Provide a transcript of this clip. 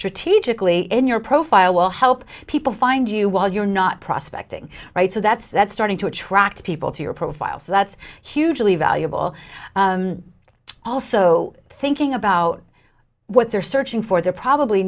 strategically in your profile will help people find you while you're not prospecting right so that's that's starting to attract people to your profile so that's hugely valuable also thinking about what they're searching for they're probably